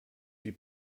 die